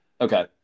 Okay